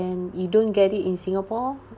you don't get it in singapore